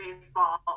baseball